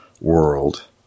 world